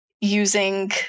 using